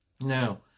now